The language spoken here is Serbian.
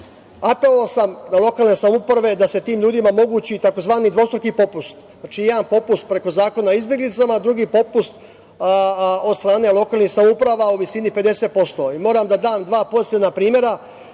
sam na lokalne samouprave da se tim ljudima omogući tzv. dvostruki popust. Znači, jedan popust preko Zakona o izbeglicama, a drugi popust od strane lokalnih samouprava u visini 50%. Moram da dam dva pozitivna primera